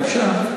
בבקשה.